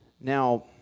Now